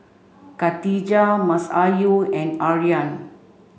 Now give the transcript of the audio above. Khatijah Masayu and Aryan